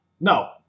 no